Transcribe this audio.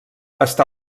està